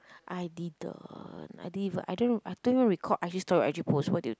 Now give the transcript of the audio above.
I didn't I didn't even I don't I don't even record I_G story I_G post what do you think